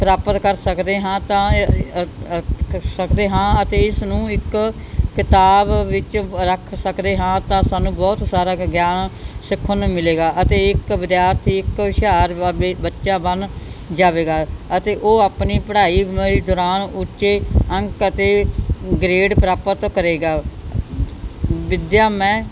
ਪ੍ਰਾਪਤ ਕਰ ਸਕਦੇ ਹਾਂ ਤਾਂ ਸਕਦੇ ਹਾਂ ਅਤੇ ਇਸ ਨੂੰ ਇੱਕ ਕਿਤਾਬ ਵਿੱਚ ਰੱਖ ਸਕਦੇ ਹਾਂ ਤਾਂ ਸਾਨੂੰ ਬਹੁਤ ਸਾਰਾ ਗਿਆਨ ਸਿੱਖਣ ਨੂੰ ਮਿਲੇਗਾ ਅਤੇ ਇੱਕ ਵਿਦਿਆਰਥੀ ਇੱਕ ਹੁਸ਼ਿਆਰ ਬਾਬੇ ਬੱਚਾ ਬਣ ਜਾਵੇਗਾ ਅਤੇ ਉਹ ਆਪਣੀ ਪੜ੍ਹਾਈ ਦੌਰਾਨ ਉੱਚੇ ਅੰਕ ਅਤੇ ਗ੍ਰੇਡ ਪ੍ਰਾਪਤ ਕਰੇਗਾ ਵਿੱਦਿਆ ਮੈਂ